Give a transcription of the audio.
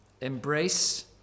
Embrace